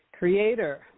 Creator